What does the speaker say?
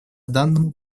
данному